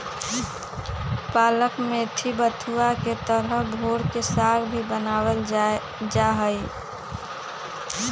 पालक मेथी बथुआ के तरह भोर के साग भी बनावल जाहई